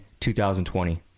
2020